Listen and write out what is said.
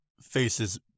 faces